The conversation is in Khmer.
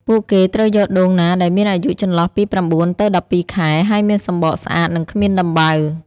ពួកគេត្រូវយកដូងណាដែលមានអាយុចន្លោះពី ៩ ទៅ ១២ ខែ ហើយមានសម្បកស្អាត និងគ្មានដំបៅ។